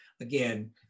again